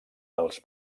dels